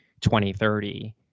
2030 –